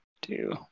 two